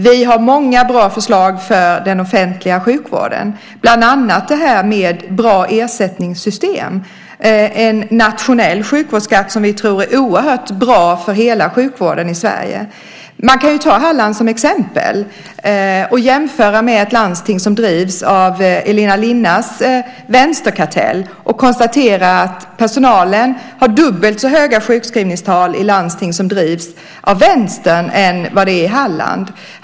Vi har många bra förslag för den offentliga sjukvården, bland annat bra ersättningssystem, en nationell sjukvårdsskatt som vi tror är oerhört bra för hela sjukvården i Sverige. Man kan ta Halland som exempel och jämföra med ett landsting som drivs av Elina Linnas vänsterkartell och konstatera att personalen har dubbelt så höga sjukskrivningstal i landsting som drivs av Vänstern än vad det är i Halland.